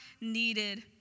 needed